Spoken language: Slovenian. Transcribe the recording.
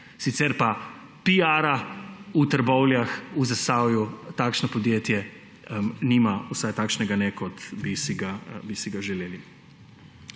Sicer pa piara v Trbovljah, v Zasavju takšno podjetje nima, vsaj takšnega ne, kot bi si ga želeli.